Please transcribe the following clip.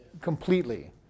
completely